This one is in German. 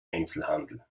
einzelhandel